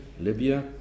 Libya